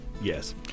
Yes